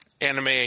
Anime